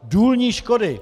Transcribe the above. Důlní škody.